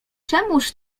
czemuż